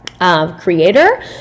creator